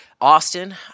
Austin